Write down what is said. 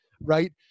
right